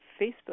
Facebook